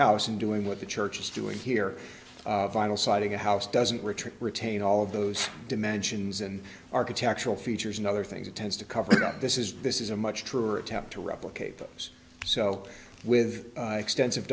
house and doing what the church is doing here vinyl siding a house doesn't return retain all of those dimensions and architectural features and other things it tends to cover it up this is this is a much truer attempt to replicate those so with extensive